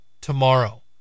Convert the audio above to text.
tomorrow